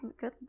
Good